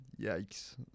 Yikes